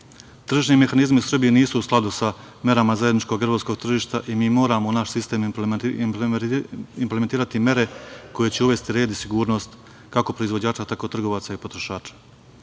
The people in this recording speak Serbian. mehanizmi u Srbiji nisu u skladu sa merama zajedničkog evropskog tržišta i mi moramo u naš sistem implementirati mere koje će uvesti red i sigurnost kako proizvođača, tako trgovaca i potrošača.